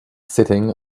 sitting